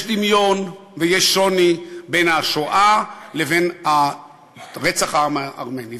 יש דמיון ויש שוני בין השואה לבין רצח העם הארמני.